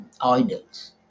idols